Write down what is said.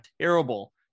terrible